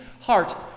heart